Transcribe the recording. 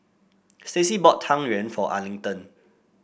Staci bought Tang Yuen for Arlington